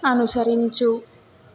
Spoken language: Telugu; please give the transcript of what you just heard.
అనుసరించు